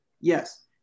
Yes